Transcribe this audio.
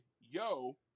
Yo